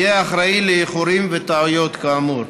יהיה אחראי לאיחורים וטעויות כאמור.